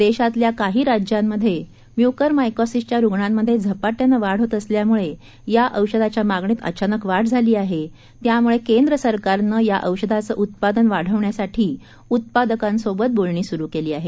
देशातल्या काही राज्यांमध्ये म्युकरमायकोसीसच्या रुग्णांमधे झपाट्यानं वाढ होत असल्यामुळे या औषधाच्या मागणीत अचानक वाढ झाली आहे त्यामुळे केंद्र सरकारनं या औषधाचं उत्पादन वाढवण्यासाठी उत्पादकांसोबत बोलणी सुरू केली आहे